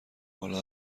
بالا